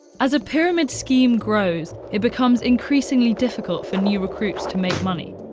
as a pyramid scheme grows, it becomes increasingly difficult for new recruits to make money.